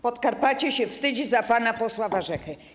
Podkarpacie się wstydzi za pana posła Warzechę.